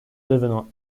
devenant